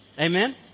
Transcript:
Amen